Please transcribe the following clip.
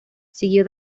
siguió